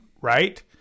right